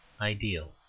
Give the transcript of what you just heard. ideal